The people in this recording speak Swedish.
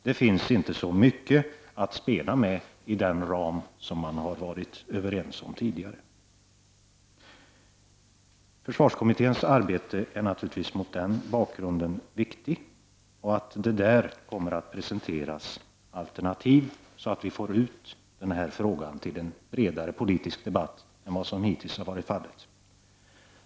Det finns inte så mycket att spela med inom den ram som man har varit överens om tidigare. Försvarskommitténs arbete är naturligtvis mot den bakgrunden viktigt liksom att det där kommer att presenteras alternativ så att vi får ut frågan till en bredare politisk debatt än vad som hittills har varit fallet.